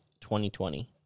2020